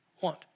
want